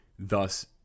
Thus